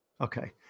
Okay